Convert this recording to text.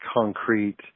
concrete